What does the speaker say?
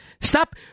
Stop